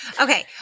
Okay